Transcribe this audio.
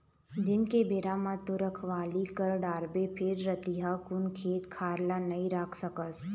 दिन के बेरा म तो रखवाली कर डारबे फेर रतिहा कुन खेत खार ल नइ राख सकस